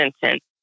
sentence